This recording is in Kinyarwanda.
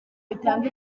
bitanga